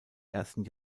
ersten